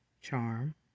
charm